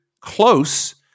close